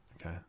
okay